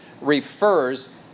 refers